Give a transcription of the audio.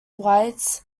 weitz